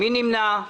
מי נמנע?